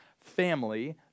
family